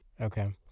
Okay